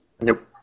Nope